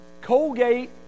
Colgate